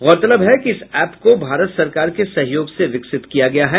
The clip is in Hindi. गौरतलब है कि इस एप्प को भारत सरकार के सहयोग से विकसित किया गया है